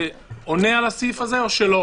זה עונה על הסעיף הזה או לא?